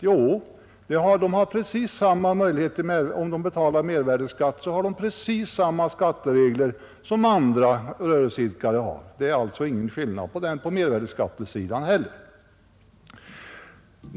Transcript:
Jo, om de betalar mervärdeskatt har de precis samma skatteregler som andra rörelseidkare har. Det är alltså ingen skillnad på mervärdeskattesidan heller.